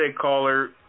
caller